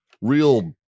real